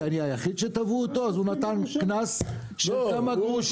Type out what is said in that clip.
כי אני היחיד שתבעו אותו אז הוא נתן קנס של כמה גרושים.